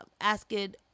asking